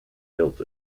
built